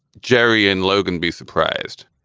jerry and logan be surprised